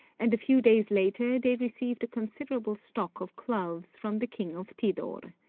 and a few days later they received a considerable stock of cloves from the king of tidor.